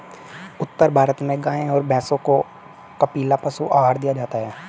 उत्तर भारत में गाय और भैंसों को कपिला पशु आहार दिया जाता है